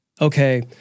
okay